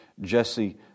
Jesse